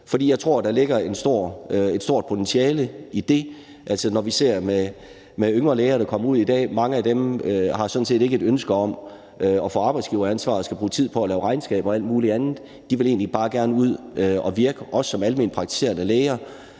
jeg tror, der ligger et stort potentiale i det. Altså, vi ser, at mange yngre læger, der kommer ud i dag, sådan set ikke har et ønske om at få arbejdsgiveransvar og at skulle bruge tid på at lave regnskab og alt muligt andet. De vil egentlig bare gerne ud at virke, også som alment praktiserende læger.